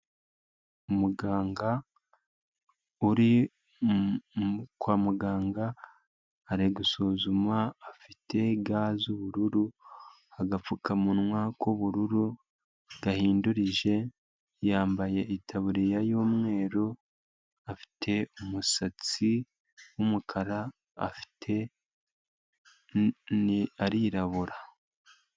Umuganga uri kwa muganga ari gusuzuma afite ga z'ubururu, agapfukamunwa k'ubururu gahindurije, yambaye itaburiya y'umweru afite umusatsi w'umukara afite arirabura.